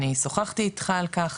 אני שוחחתי איתך על כך,